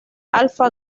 alpha